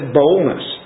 boldness